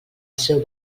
seu